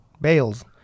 Bales